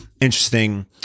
interesting